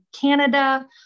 Canada